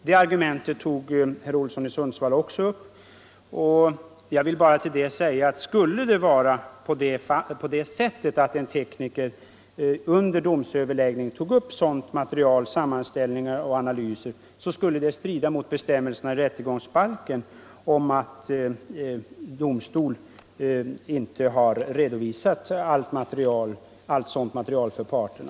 Jag vill här endast framhålla att skulle det vara på det sättet, att en tekniker under domstolsöverläggning tog upp sådant material — sammanställningar och analyser — skulle detta strida mot bestämmelserna i rättegångsbalken om att domstol har att redovisa allt material som den grundar sin dom på för parterna.